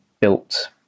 built